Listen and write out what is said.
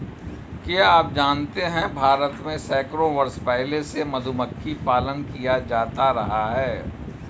क्या आप जानते है भारत में सैकड़ों वर्ष पहले से मधुमक्खी पालन किया जाता रहा है?